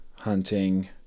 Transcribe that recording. hunting